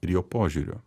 ir jo požiūrio